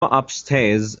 upstairs